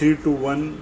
three two one